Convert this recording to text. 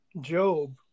Job